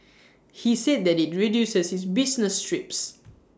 he said that IT reduces his business trips